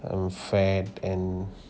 I'm a fat and